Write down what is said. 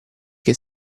che